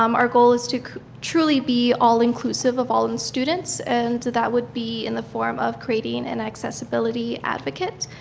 um our goal is to truly be all inclusive of all and students and so that would be in the form of creating an accessibility advocate.